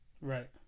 right